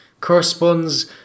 corresponds